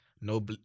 no